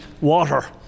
water